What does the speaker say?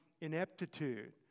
ineptitude